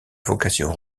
vocation